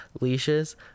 Leashes